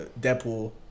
Deadpool